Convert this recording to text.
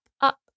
up